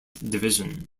division